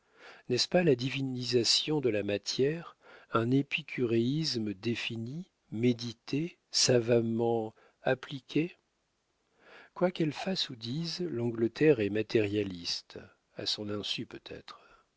n'est-ce pas la divinisation de la matière un épicuréisme défini médité savamment appliqué quoi qu'elle fasse ou dise l'angleterre est matérialiste à son insu peut-être